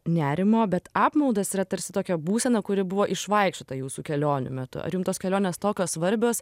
nerimo bet apmaudas yra tarsi tokia būsena kuri buvo išvaikščiota jūsų kelionių metu ar jum tos kelionės tokios svarbios